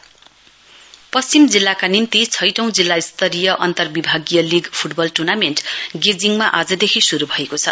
football पश्चिम जिल्लाका निम्ति छैटौं जिल्लास्तरीय अन्तरविभागीय लीग फुटबल टुर्नामेन्ट गेजिङमा आजदेखि शुरू भएको छ